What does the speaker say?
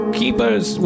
keepers